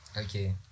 Okay